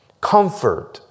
comfort